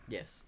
Yes